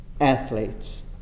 athletes